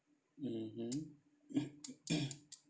mmhmm